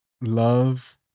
love